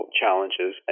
challenges